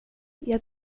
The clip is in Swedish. jag